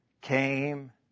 came